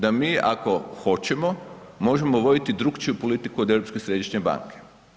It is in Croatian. Da mi ako hoćemo možemo voditi drukčiju politiku od Europske središnje banke.